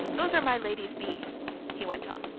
those are my lady's bees he went on.